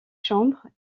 chambre